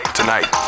tonight